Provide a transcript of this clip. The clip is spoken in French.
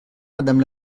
madame